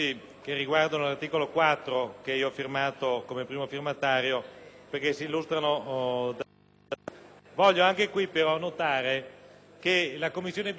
Voglio però notare che la Commissione bilancio è stata particolarmente scrupolosa, così come nelle altre occasioni,